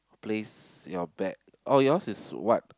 placed your bets or yours is what